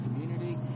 community